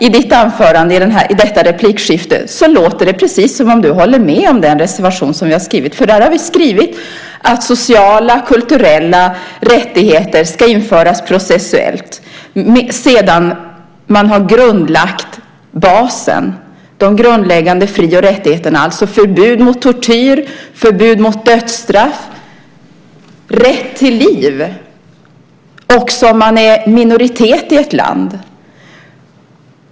I detta replikskifte låter det precis som om du håller med om den reservationen. Vi har skrivit att sociala och kulturella rättigheter ska införas processuellt sedan basen har grundlagts, de grundläggande fri och rättigheterna, det vill säga förbud mot tortyr och förbud mot dödstraff. Det handlar om rätt till liv, även om man hör till en minoritet i ett land.